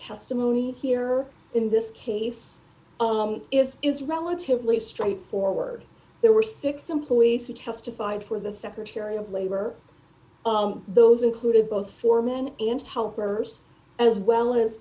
testimony here in this case is it's relatively straightforward there were six employees who testified for the secretary of labor those included both for men and help matters as well as